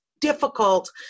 difficult